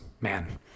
man